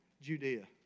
Judea